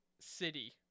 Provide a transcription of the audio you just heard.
city